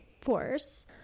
force